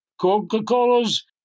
Coca-Cola's